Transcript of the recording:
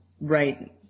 right